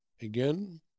again